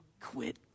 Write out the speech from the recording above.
Quit